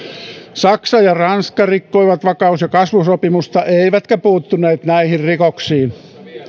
saksa ja ranska rikkoivat vakaus ja kasvusopimusta eivätkä puuttuneet näihin rikoksiin